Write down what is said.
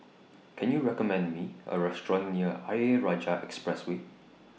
Can YOU recommend Me A Restaurant near Ayer Rajah Expressway